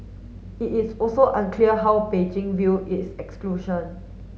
it is also unclear how Beijing view its exclusion